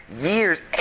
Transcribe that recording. years